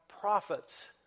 prophets